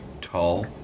tall